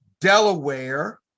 Delaware